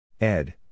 Ed